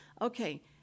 okay